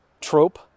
trope